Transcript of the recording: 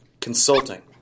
Consulting